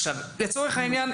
לצורך העניין,